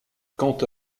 quant